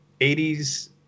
80s